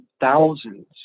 thousands